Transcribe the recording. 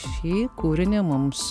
šį kūrinį mums